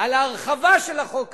על ההרחבה של החוק הזה.